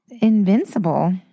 invincible